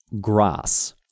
grass